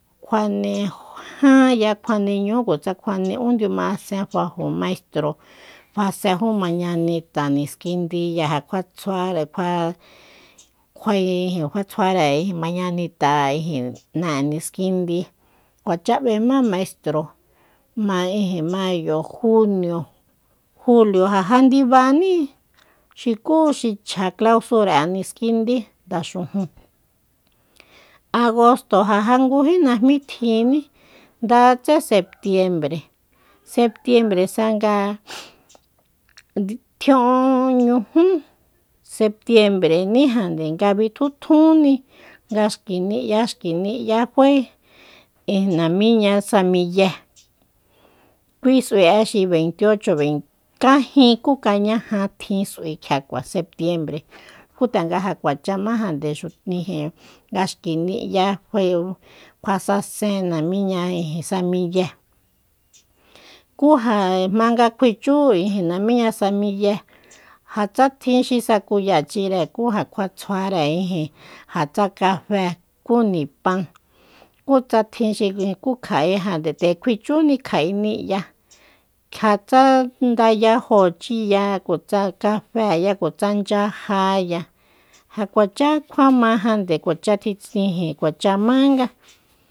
Kjuane jan ya kjuane ñujú utsa kuane ún ndiuma asen fajo maistro kjua sejó mañanita niskindiya ja kua tsjuare kjua kjuae ijin kjua tsjuare mañanita'e ná'e niskindi kuachá b'emá maistro ma- mayo junio ja já ndibaní xukú xi chja clausura'eniskindí ndaxujun agosto ja já ngují najmí tjin nda tse setiembre. setiembresa nga tjiaúñujú setiembrení nga ja bitju tjúnni nga xki ni'ya xki ni'ya fae ijin namiña sa miyé kui s'ui'exi beintiocho bein kagin ku kañaja tjin s'ui kjiakua setiembre kú tanga ja kuacha má jande ijin nga xki ni'ya kjuae kjua sasen namiña san miyé kú ja jmanga kjuichú ijin namíña sa miyé ja tsa tjin xi sakuyáchire kú ja kua tsjua ijin ja tsa kafe ku nipan kú tsa tjin xi kú kja'é nde kjuichúni kja'é ni'ya ja tsa ndayajóchíya kotsa kafeya kotsa nchyajaya ja kuachá kjuamajande kuacha kitsi kuachamánga